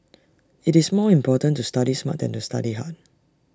IT is more important to study smart than to study hard